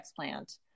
explant